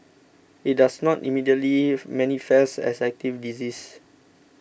it does not immediately manifest as active disease